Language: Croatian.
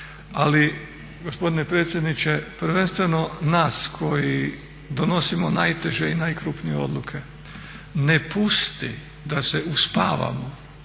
ali gospodine predsjedniče, prvenstveno nas koji donosimo najteže i najkrupnije odluke ne pusti da se uspavamo